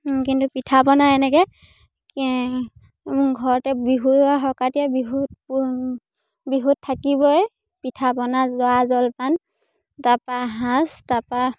কিন্তু পিঠা পনা এনেকৈ ঘৰতে বিহুৱে সংক্ৰান্তিয়ে বিহুত বিহুত থাকিবই পিঠা পনা জা জলপান তাৰপৰা সাজ তাৰপৰা